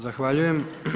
Zahvaljujem.